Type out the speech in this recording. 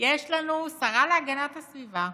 יש לנו שרה להגנת הסביבה,